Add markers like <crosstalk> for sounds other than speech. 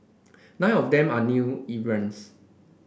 nine of them are new <unintelligible>